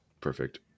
Perfect